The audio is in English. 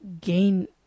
gain